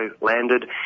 landed